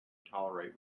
tolerate